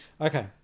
Okay